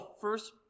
first